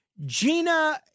Gina